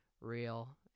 real